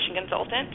consultant